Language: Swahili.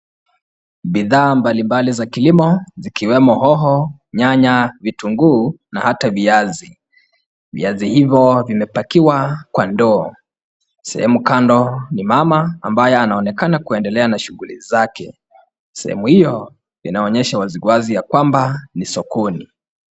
Bidhaa mbalimbali za kilimo zikiwemo hoho, nyanya, vitunguu na hata viazi, viazi hivyo vimepakiwa kwa ndoo, sehemu kando ni mama ambaye anaonekana kuendelea na shughuli zake, sehemu hiyo inaonyesha waziwazi ya kwamba ni sokoni.